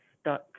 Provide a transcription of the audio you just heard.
stuck